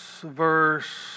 Verse